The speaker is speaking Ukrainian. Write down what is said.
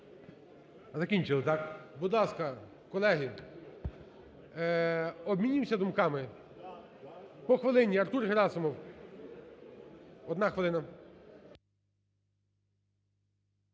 Закінчили, так? Будь ласка, колеги, обмінюємося думками? По хвилині. Артур Герасимов, одна хвилина.